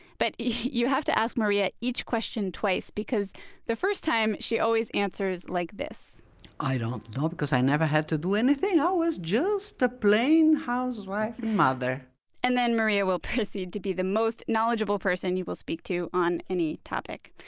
but you have to ask maria each question twice because the first time, she always answers like this i don't know because i never had to do anything. i was just a plain housewife and mother and then maria will proceed to be the most knowledgeable person you will speak to on any topic.